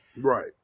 Right